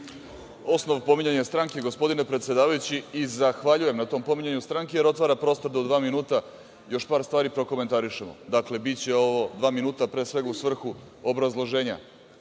Osnov pominjanja stranke, gospodine predsedavajući i zahvaljujem na tom pominjanju stranke, jer otvara prostor do dva minuta, još par stvari da prokomentarišemo. Dakle, biće ovo dva minuta, pre svega u svrhu obrazloženja